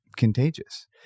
contagious